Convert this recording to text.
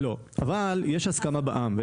לא, אבל יש הסכמה בעם.